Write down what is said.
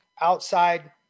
outside